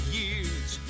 years